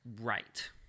Right